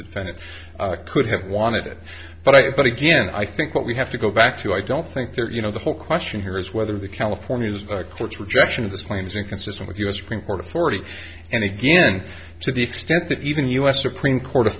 defendant could have wanted it but i but again i think what we have to go back to i don't think there you know the whole question here is whether the california courts rejection of this plane is inconsistent with u s supreme court authority and again to the extent that even the u s supreme court a